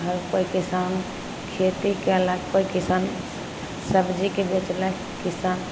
आओर कोइ किसान खेती कएलक कोइ किसान सब्जीके बेचलक किसान